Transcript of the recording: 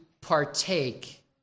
partake